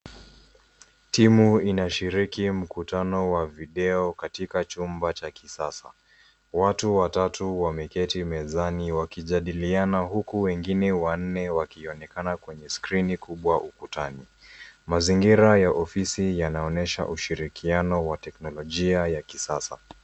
Timu inashiriki mkutano wa videokatika chumba cha kisasa. Watu watatu wameketi mezani wakijadiliana huku wengine wanne wakionekana kkwenye skrini kubwa ukutani. Mazingira ya ofisi yanaonyesha ushirikiano wa teknolojia ya kisasa.